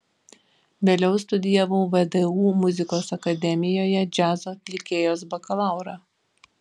vėliau studijavau vdu muzikos akademijoje džiazo atlikėjos bakalaurą